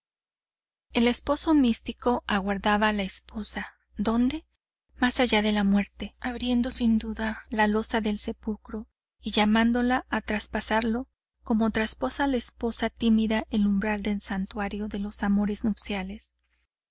el esposo místico aguardaba a la esposa dónde más allá de la muerte abriendo sin duda la losa del sepulcro y llamándola a traspasarlo como traspasa la esposa tímida el umbral del santuario de los amores nupciales